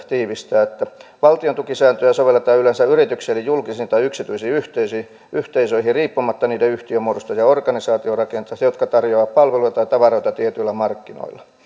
tiivistää että valtiontukisääntöjä sovelletaan yleensä yrityksiin eli julkisiin tai yksityisiin yhteisöihin yhteisöihin riippumatta niiden yhtiömuodosta ja ja organisaatiorakenteesta jotka tarjoavat palveluita tai tavaroita tietyillä markkinoilla